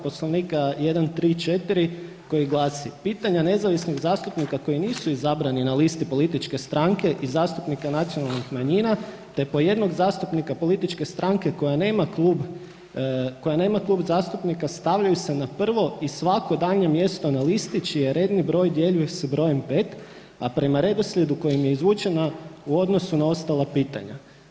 Poslovnika 134. koji glasi: Pitanja nezavisnih zastupnika koji nisu izabrani na listi političke stranke i zastupnika nacionalnih manjina te po jednog zastupnika političke stranke koja nema klub zastupnika, stavljaju se na prvo i svako daljnje mjesto na listi čiji je redni broj djeljiv s brojem 5, a prema redoslijedu koji je izvučena u odnosu na ostala pitanja.